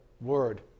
Word